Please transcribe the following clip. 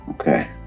Okay